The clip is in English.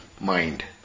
mind